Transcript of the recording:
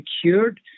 secured